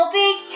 big